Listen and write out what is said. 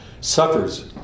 suffers